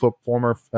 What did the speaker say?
former